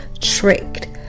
tricked